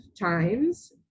times